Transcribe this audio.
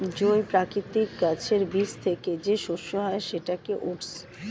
জই প্রকৃতির গাছের বীজ থেকে যে শস্য হয় সেটাকে ওটস